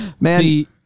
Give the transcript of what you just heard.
Man